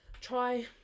Try